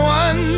one